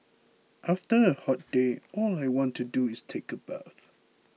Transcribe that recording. after a hot day all I want to do is take a bath